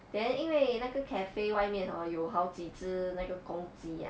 then 因为那个 cafe 外面 hor 有好几只那个公鸡 ah